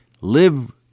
Live